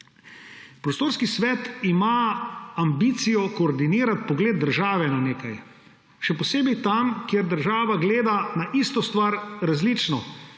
Prostorski svet ima ambicijo koordinirati pogled države na nekaj. Še posebej tam, kjer država gleda na isto stvar različno.